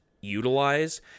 utilize